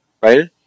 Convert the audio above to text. right